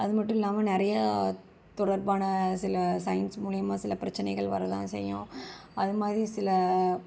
அதுமட்டும் இல்லாமல் நிறையா தொடர்பான சில சயின்ஸ் மூலயமா சில பிரச்சினைகள் வர்றதான் செய்யும் அதுமாதிரி சில